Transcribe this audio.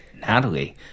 Natalie